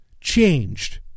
changed